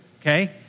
okay